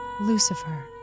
Lucifer